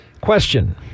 Question